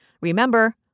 Remember